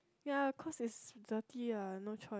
ya cause it's dirty ah no choice